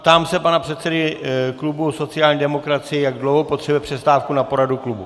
Ptám se pana předsedy klubu sociální demokracie, jak dlouho potřebuje přestávku na poradu klubu.